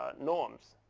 ah norms.